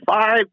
five